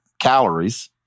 calories